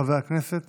חבר הכנסת